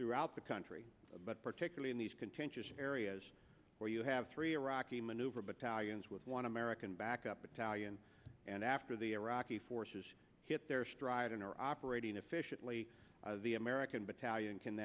throughout the country but particularly in these contentious areas where you have three iraqi maneuver battalions with one american backup italian and after the iraqi forces hit their stride and are operating efficiently the american battalion can